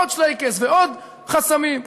עוד שלייקעס ועוד חסמים?